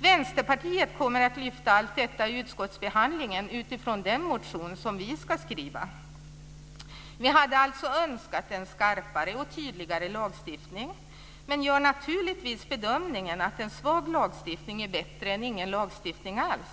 Västerpartiet kommer att lyfta fram allt detta i utskottsbehandlingen utifrån den motion som vi ska skriva. Vi hade alltså önskat en skarpare och tydligare lagstiftning, men vi gör naturligtvis den bedömningen att en svag lagstiftning är bättre än ingen lagstiftning alls.